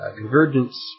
convergence